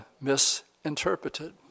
misinterpreted